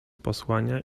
posłania